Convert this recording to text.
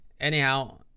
anyhow